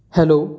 hello